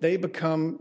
they become